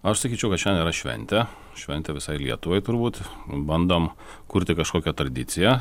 aš sakyčiau kad šiandien yra šventė šventė visai lietuvai turbūt bandom kurti kažkokią tradiciją